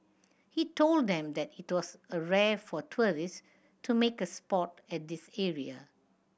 he told them that it was a rare for tourist to make a spot at this area